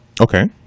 Okay